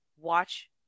watch